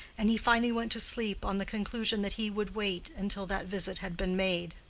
and he finally went to sleep on the conclusion that he would wait until that visit had been made.